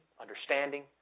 understanding